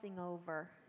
over